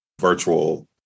virtual